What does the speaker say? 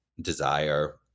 desire